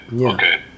Okay